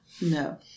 No